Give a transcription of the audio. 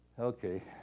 Okay